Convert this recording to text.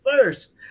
first